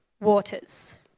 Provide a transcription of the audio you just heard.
waters